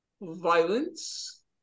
violence